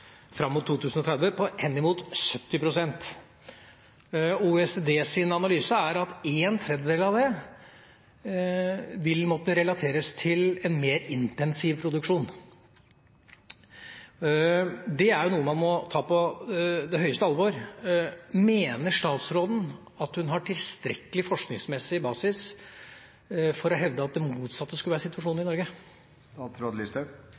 fram mot 2030, på henimot 70 pst. OECDs analyse er at en tredjedel av det vil måtte relateres til en mer intensiv produksjon. Det er noe man må ta på største alvor. Mener statsråden at hun har tilstrekkelig forskningsmessig basis for å kunne hevde at det motsatte skulle være situasjonen i Norge?